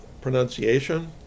pronunciation